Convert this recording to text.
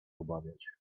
obawiać